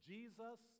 Jesus